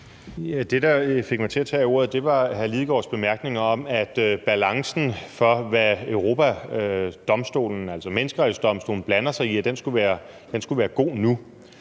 Det, der fik mig til at tage ordet, var hr. Martin Lidegaards bemærkninger om, at balancen, i forhold til hvad Menneskerettighedsdomstolen blander sig i, skulle være god nu.